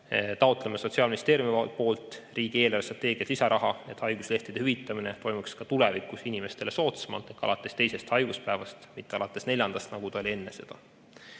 Taotleme Sotsiaalministeeriumis riigi eelarvestrateegiasse lisaraha, et haiguslehtede hüvitamine toimuks ka tulevikus inimestele soodsamalt, alates teisest haiguspäevast, mitte alates neljandast, nagu ta oli enne seda